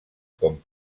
com